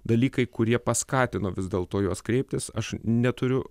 dalykai kurie paskatino vis dėlto juos kreiptis aš neturiu